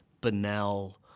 banal